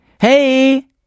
Hey